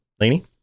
Lainey